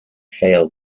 failed